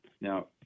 Now